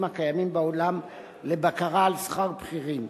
הקיימים בעולם לבקרה על שכר בכירים.